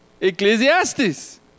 ecclesiastes